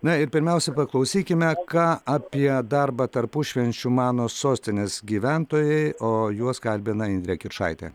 na ir pirmiausia paklausykime ką apie darbą tarpušvenčiu mano sostinės gyventojai o juos kalbina indrė kiršaitė